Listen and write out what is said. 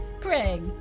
Craig